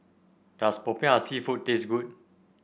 does Popiah seafood taste good